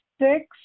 six